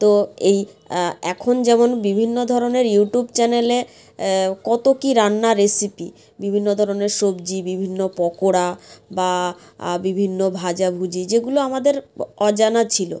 তো এই এখন যেমন বিভিন্ন ধরনের ইউটিউব চ্যানেলে কত কী রান্না রেসিপি বিভিন্ন ধরনের সবজি বিভিন্ন পকোড়া বা বিভিন্ন ভাজাভুজি যেগুলো আমাদের অজানা ছিলো